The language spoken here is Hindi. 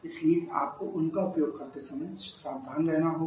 इसलिए आपको उनका उपयोग करते समय सावधान रहना होगा